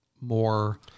more